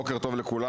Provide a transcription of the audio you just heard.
אז בוקר טוב לכולם.